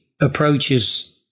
approaches